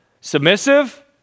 submissive